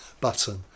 button